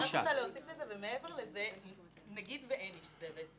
אני רק רוצה להוסיף לזה נגיד ואין איש צוות,